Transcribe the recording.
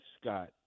Scott